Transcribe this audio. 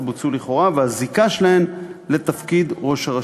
בוצעו לכאורה והזיקה שלהן לתפקיד ראש הרשות.